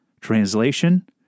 Translation